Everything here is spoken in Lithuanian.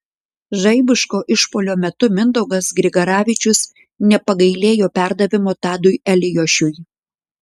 žaibiško išpuolio metu mindaugas grigaravičius nepagailėjo perdavimo tadui eliošiui